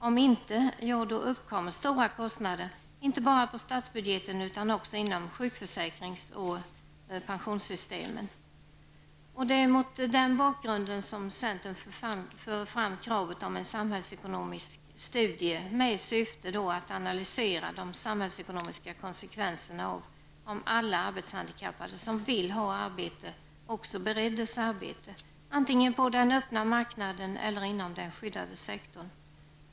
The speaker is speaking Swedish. Om de inte får denna möjlighet uppkommer stora kostnader, inte bara på statsbudgeten utan också inom sjukförsäkrings och pensionssystemen. Det är mot den bakgrunden som centern för fram kravet på en samhällsekonomisk studie med syfte att analysera de samhällsekonomiska konsekvenser som skulle bli följden om alla arbetshandikappade som vill ha arbete också bereddes arbete, antingen på den öppna marknaden eller inom den skyddade sektorn.